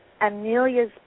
Amelia's